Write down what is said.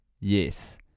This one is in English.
Yes